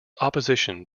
opposition